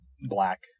black